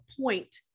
point